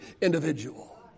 individual